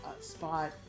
spot